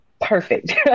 perfect